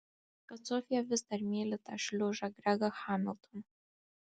kad sofija vis dar myli tą šliužą gregą hamiltoną